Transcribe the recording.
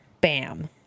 Bam